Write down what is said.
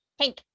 Pink